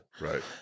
Right